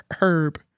herb